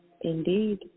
Indeed